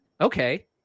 Okay